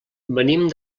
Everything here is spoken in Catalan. venim